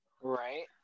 Right